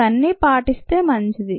ఇవన్నీ పాటిస్తే మంచిది